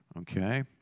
Okay